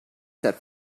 that